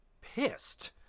pissed